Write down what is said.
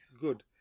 good